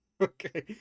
Okay